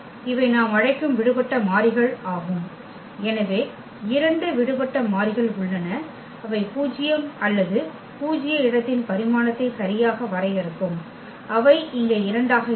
எனவே இவை நாம் அழைக்கும் விடுபட்ட மாறிகள் ஆகும் எனவே இரண்டு விடுபட்ட மாறிகள் உள்ளன அவை பூஜ்யம் அல்லது பூஜ்ய இடத்தின் பரிமாணத்தை சரியாக வரையறுக்கும் அவை இங்கே 2 ஆக இருக்கும்